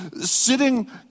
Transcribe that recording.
sitting